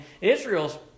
Israel's